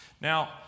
Now